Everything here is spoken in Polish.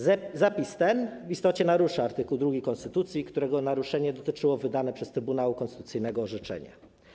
Zapis ten w istocie narusza art. 2 konstytucji, którego naruszenie dotyczyło wydanego przez Trybunał Konstytucyjny orzeczenia.